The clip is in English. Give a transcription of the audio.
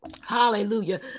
Hallelujah